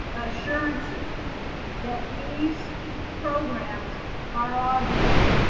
assurances that these programs are augmented.